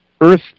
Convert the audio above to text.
earth